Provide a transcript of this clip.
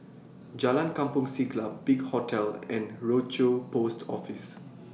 Jalan Kampong Siglap Big Hotel and Rochor Post Office